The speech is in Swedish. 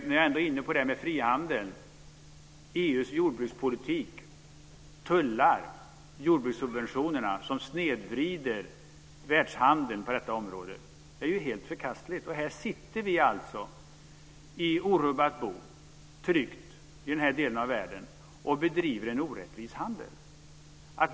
När jag ändå är inne på frihandeln vill jag säga att EU:s jordbrukspolitik, tullarna och jordbrukssubventionerna, som snedvrider världshandeln på detta område, är helt förkastliga. Här sitter vi alltså i orubbat bo, tryggt i den här delen av världen, och bedriver en orättvis handel.